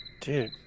Dude